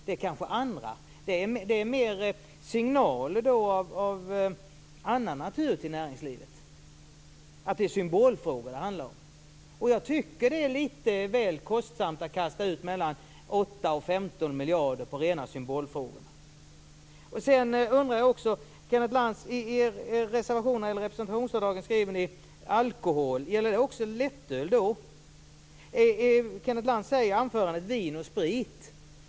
Det gäller kanske något annat. Det är signaler av annan natur till näringslivet. Det handlar om symbolfrågor. Jag tycker att det är lite väl kostsamt att kasta ut mellan 8 och 15 miljarder på rena symbolfrågor. Ni nämner alkohol i er reservation när det gäller representationsavdragen, Kenneth Lantz. Gäller det också lättöl? Kenneth Lantz talar i anförandet om vin och sprit.